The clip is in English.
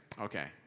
okay